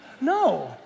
No